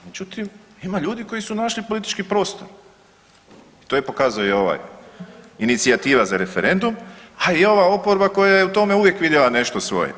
Međutim, ima ljudi koji su našli politički prostor i to je pokazuje i ovaj inicijativa za referendum, a i ova oporba koja je u tome uvijek vidjela nešto svoje.